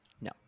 No